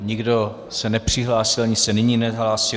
Nikdo se nepřihlásil, ani se nyní nehlásí.